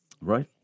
Right